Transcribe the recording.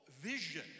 vision